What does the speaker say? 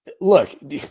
look